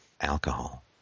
alcohol